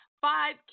Five